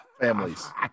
families